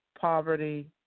poverty